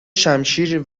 شمشیر